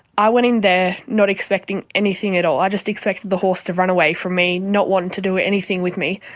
i went in there not expecting anything anything at all. i just expected the horse to run away from me, not want to do anything with me,